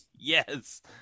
Yes